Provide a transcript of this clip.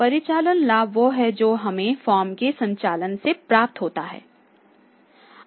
परिचालन लाभ वह है जो हमें फॉर्म के संचालन से प्राप्त होता है ठीक है